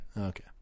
Okay